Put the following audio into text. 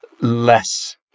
less